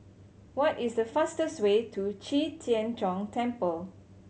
what is the fastest way to Qi Tian Gong Temple